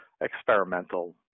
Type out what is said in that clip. experimental